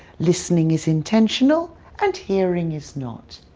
listening is intentional and hearing is not.